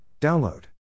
Download